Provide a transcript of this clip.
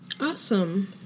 awesome